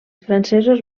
francesos